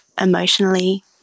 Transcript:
emotionally